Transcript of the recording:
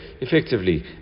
Effectively